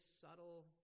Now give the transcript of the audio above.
subtle